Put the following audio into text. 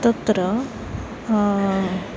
तत्र